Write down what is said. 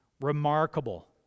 Remarkable